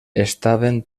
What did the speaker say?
estaven